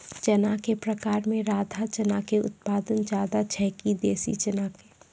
चना के प्रकार मे राधा चना के उत्पादन ज्यादा छै कि देसी चना के?